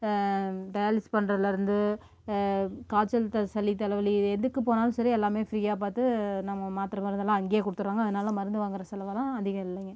டயாலிஸ் பண்ணுறதுல இருந்து காய்ச்சல் சளி தலைவலி இது எதுக்கு போனாலும் சரி எல்லாமே ஃப்ரீயா பார்த்து நம்ம மாத்திரை மருந்தெல்லாம் அங்கேயே கொடுத்துடுவாங்க அதுனால் மருந்து வாங்குற செலவெல்லாம் அதிகம் இல்லைங்க